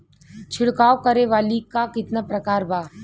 छिड़काव करे वाली क कितना प्रकार बा?